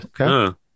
okay